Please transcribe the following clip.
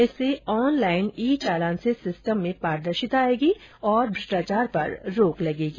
इससे online e challan से system में पारदर्शिता आएगी और भष्ट्राचार पर रोक लगेगी